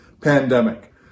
pandemic